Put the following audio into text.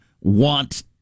want